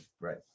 Right